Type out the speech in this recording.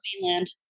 Mainland